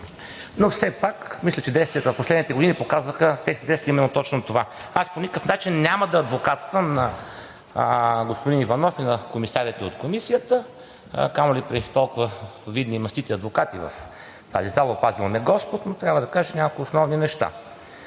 но все пак, мисля, че действията в последните години показваха именно точно това. По никакъв начин няма да адвокатствам на господин Иванов и на комисарите от Комисията, камо ли при толкова видни мастити адвокати в тази зала – опазил ме Господ, но трябва да кажа няколко основни неща.